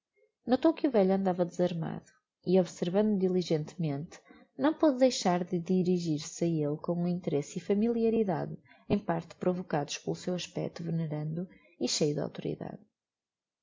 notou que o velho andava desarmado e observando diligentemente não pôde deixar de dirigir-se a elle com um interesse e familiaridade em parte provocados pelo seu aspecto venerando e cheio de auctoridade